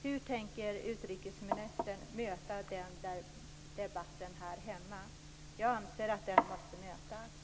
Hur tänker utrikesministern möta den debatten här hemma? Jag anser att den måste bemötas.